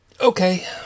Okay